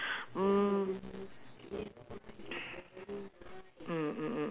okay sekarang my handphone letak pukul sebelas eleven O seven